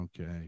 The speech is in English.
okay